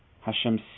Hashem